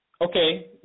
Okay